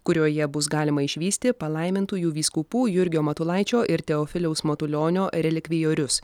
kurioje bus galima išvysti palaimintųjų vyskupų jurgio matulaičio ir teofiliaus matulionio relikvijorius